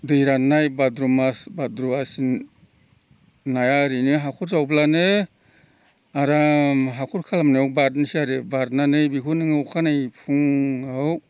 दै राननाय भाद्र' मास भाद्र' आसिन नाया ओरैनो हाखर जावब्लानो आराम हाखर खालामनायाव बारनोसै आरो बारनानै बेखौ नों अखानायै फुङाव